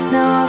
Now